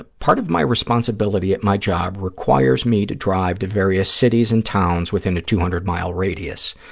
ah part of my responsibility at my job requires me to drive to various cities and towns within a two hundred mile radius.